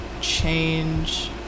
change